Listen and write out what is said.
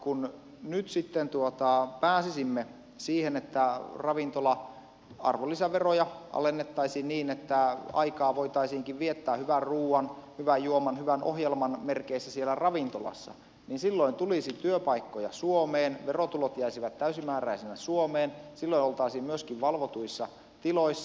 kun nyt sitten pääsisimme siihen että ravintolan arvonlisäveroja alennettaisiin niin että aikaa voitaisiinkin viettää hyvän ruuan hyvän juoman hyvän ohjelman merkeissä siellä ravintolassa niin silloin tulisi työpaikkoja suomeen verotulot jäisivät täysimääräisinä suomeen silloin oltaisiin myöskin valvotuissa tiloissa